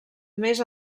més